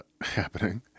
happening